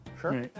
sure